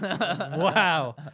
Wow